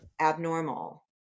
abnormal